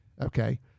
Okay